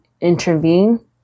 intervene